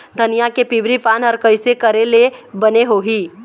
धनिया के पिवरी पान हर कइसे करेले बने होही?